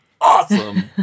awesome